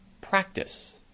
practice